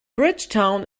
bridgetown